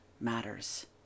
matters